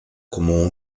como